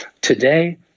Today